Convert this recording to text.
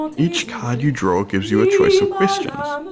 each card you draw gives you a choice of questions,